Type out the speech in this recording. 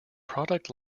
product